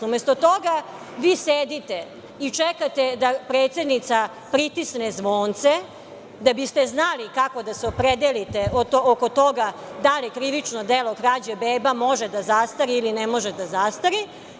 Umesto toga, vi sedite i čekate da predsednica pritisne zvonce, da biste znali kako da se opredelite oko toga da li krivično delo krađe beba može da zastari ili ne može da zastari.